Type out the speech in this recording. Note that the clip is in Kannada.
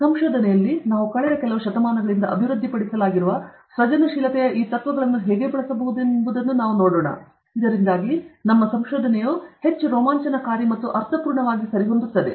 ಮತ್ತು ಸಂಶೋಧನೆಯಲ್ಲಿ ನಾವು ಕಳೆದ ಕೆಲವು ಶತಮಾನಗಳಿಂದ ಅಭಿವೃದ್ಧಿಪಡಿಸಲಾಗಿರುವ ಸೃಜನಶೀಲತೆಯ ಈ ತತ್ವಗಳನ್ನು ಹೇಗೆ ಬಳಸಬಹುದೆಂಬುದನ್ನು ನಾವು ನೋಡಬೇಕು ಇದರಿಂದಾಗಿ ನಮ್ಮ ಸಂಶೋಧನೆಯು ಹೆಚ್ಚು ರೋಮಾಂಚನಕಾರಿ ಮತ್ತು ಅರ್ಥಪೂರ್ಣವಾಗಿ ಸರಿಹೊಂದುತ್ತದೆ